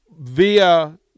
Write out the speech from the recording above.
via